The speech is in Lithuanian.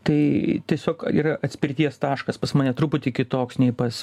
tai tiesiog yra atspirties taškas pas mane truputį kitoks nei pas